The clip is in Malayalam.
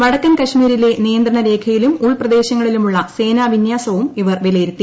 വടക്കൻ കശ്മീരിലെ നിയന്ത്രണരേഖയിലും ഉൾപ്രദേശങ്ങളിലുമുള്ള സേനാ വിന്യാസവും ഇവർ വിലയിരുത്തി